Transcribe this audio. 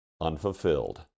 unfulfilled